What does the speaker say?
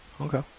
Okay